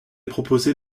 proposé